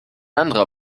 anderer